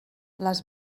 les